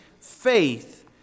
faith